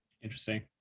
Interesting